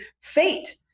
fate